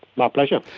my pleasure.